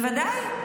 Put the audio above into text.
בוודאי.